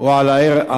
או על הארץ